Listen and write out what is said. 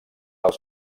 als